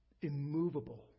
immovable